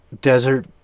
Desert